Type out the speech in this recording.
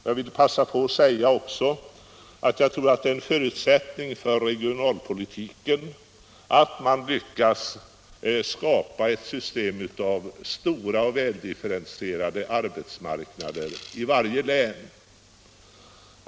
Jag vill också passa på att säga att jag tror 79 att det är en förutsättning för regionalpolitiken att man lyckas skapa ett system av stora och väl differentierade arbetsmarknader i varje län.